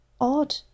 odd